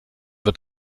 wird